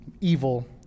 evil